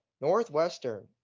Northwestern